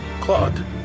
Claude